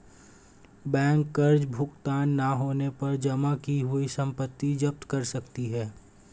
bank कर्ज भुगतान न होने पर जमा रखी हुई संपत्ति जप्त कर सकती है